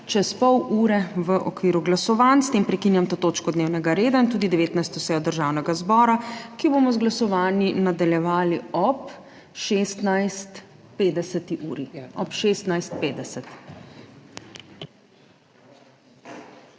čez pol ure v okviru glasovanj. S tem prekinjam to točko dnevnega reda in tudi 19. sejo Državnega zbora, ki jo bomo z glasovanji nadaljevali ob 16.50.